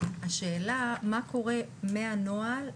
השאלה מה קורה מהנוהל,